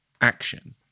action